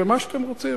ומה שאתם רוצים,